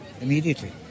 immediately